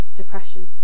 depression